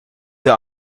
der